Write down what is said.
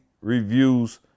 reviews